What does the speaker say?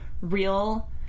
real